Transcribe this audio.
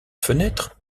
fenêtre